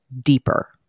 deeper